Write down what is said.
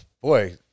boy